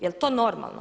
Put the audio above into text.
Jel' to normalno?